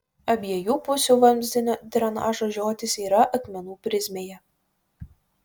abiejų pusių vamzdinio drenažo žiotys yra akmenų prizmėje